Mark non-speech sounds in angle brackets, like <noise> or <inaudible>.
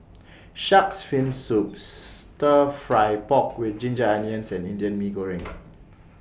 Shark's Fin Soup Stir Fry Pork with Ginger Onions and Indian Mee Goreng <noise>